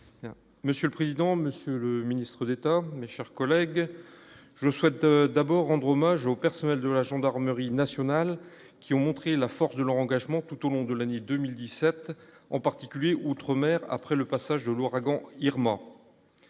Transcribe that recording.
Monsieur le président, Monsieur le Ministre d'État, mes chers collègues, je souhaite d'abord rendre hommage aux personnels de la gendarmerie nationale qui ont montré la force de l'engagement tout au long de l'année 2017 en particulier outre-mer après le passage de l'ouragan Irma.